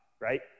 right